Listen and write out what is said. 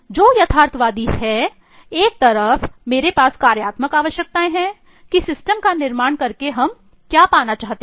जो यथार्थवादी है एक तरफ मेरे पास कार्यात्मक आवश्यकताएं हैं कि सिस्टम का निर्माण करके हम क्या पाना चाहते हैं